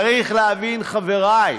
צריך להבין, חברי,